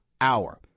hour